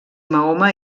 mahoma